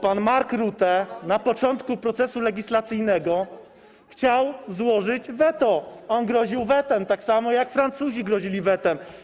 Pan Mark Rutte na początku procesu legislacyjnego chciał złożyć weto, on groził wetem, tak samo jak Francuzi grozili wetem.